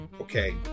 Okay